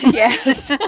yes